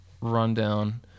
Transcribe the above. rundown